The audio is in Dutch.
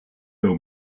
wil